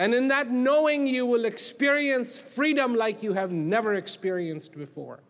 heart and in that knowing you will experience freedom like you have never experienced before